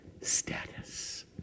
status